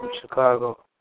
Chicago